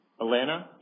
Alana